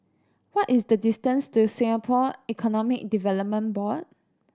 what is the distance to Singapore Economic Development Board